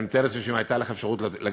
אני מתאר לעצמי שאם הייתה לך אפשרות להגיש